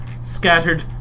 scattered